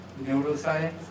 neuroscience